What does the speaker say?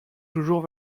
toujours